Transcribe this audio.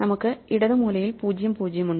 നമുക്ക് ഇടത് മൂലയിൽ0 0 ഉണ്ട്